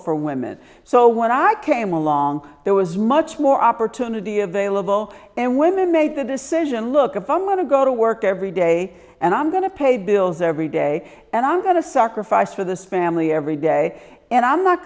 for women so when i came along there was much more opportunity available and women made the decision look at the mother go to work every day and i'm going to pay bills every day and i'm going to sacrifice for this family every day and i'm not